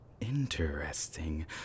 Interesting